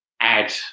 add